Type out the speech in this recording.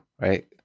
Right